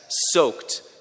Soaked